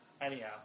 Anyhow